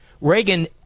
Reagan